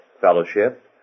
Fellowship